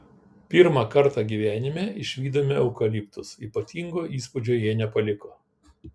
pirmą kartą gyvenime išvydome eukaliptus ypatingo įspūdžio jie nepaliko